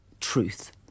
truth